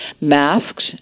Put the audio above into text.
masked